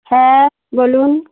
হ্যাঁ বলুন